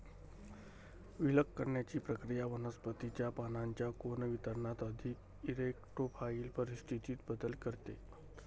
विलग करण्याची प्रक्रिया वनस्पतीच्या पानांच्या कोन वितरणात अधिक इरेक्टोफाइल परिस्थितीत बदल करते